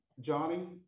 Johnny